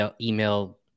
email